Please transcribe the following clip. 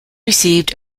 received